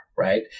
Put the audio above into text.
Right